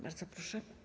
Bardzo proszę.